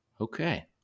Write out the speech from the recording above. Okay